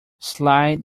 slide